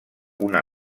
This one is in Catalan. una